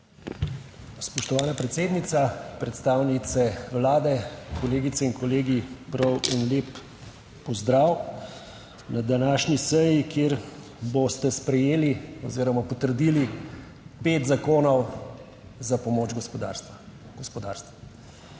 Spoštovana predsednica, predstavnice Vlade, kolegice in kolegi, prav en lep pozdrav na današnji seji, kjer boste sprejeli oziroma potrdili pet zakonov za pomoč gospodarstvu!